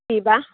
কিবা